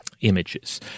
images